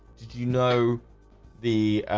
did you know the